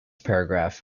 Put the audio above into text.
paragraph